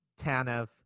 Tanev